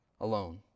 alone